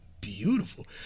beautiful